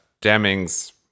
Demings